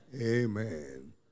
Amen